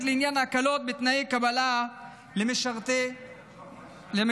לעניין הקלות בתנאי קבלה למשרתים בצבא.